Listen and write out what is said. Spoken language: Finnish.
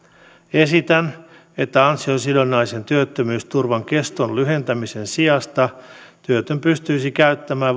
esitän että ansiosidonnaisen työttömyysturvan keston lyhentämisen sijasta työtön pystyisi käyttämään